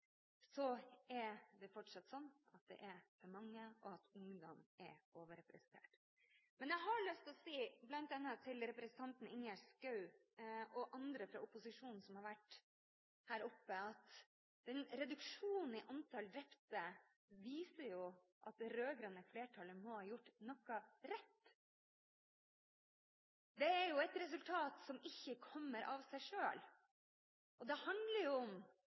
er det fortsatt sånn at det er for mange, og at ungdom er overrepresentert. Jeg har lyst til å si bl.a. til representanten Ingjerd Schou og andre fra opposisjonen som har vært her oppe, at reduksjonen i antall drepte jo viser at det rød-grønne flertallet må ha gjort noe rett. Det er jo et resultat som ikke kommer av seg selv. Det handler om